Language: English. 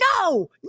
no